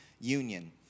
union